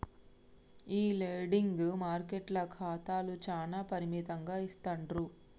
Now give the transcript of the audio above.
ఈ లెండింగ్ మార్కెట్ల ఖాతాలు చానా పరిమితంగా ఇస్తాండ్రు